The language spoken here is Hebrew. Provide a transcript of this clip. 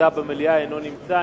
אינו נמצא.